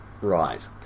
Right